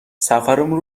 سفرمون